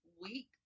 week